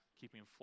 keeping